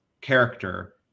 character